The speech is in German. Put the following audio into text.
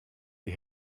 die